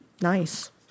nice